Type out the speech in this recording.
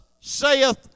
saith